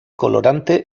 colorante